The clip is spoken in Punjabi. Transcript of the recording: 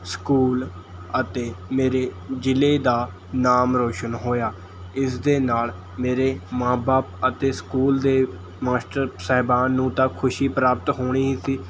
ਸਕੂਲ ਅਤੇ ਮੇਰੇ ਜ਼ਿਲ੍ਹੇ ਦਾ ਨਾਮ ਰੌਸ਼ਨ ਹੋਇਆ ਇਸ ਦੇ ਨਾਲ਼ ਮੇਰੇ ਮਾਂ ਬਾਪ ਅਤੇ ਸਕੂਲ ਦੇ ਮਾਸਟਰ ਸਾਹਿਬਾਨ ਨੂੰ ਤਾਂ ਖੁਸ਼ੀ ਪ੍ਰਾਪਤ ਹੋਣੀ ਹੀ ਸੀ